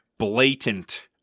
blatant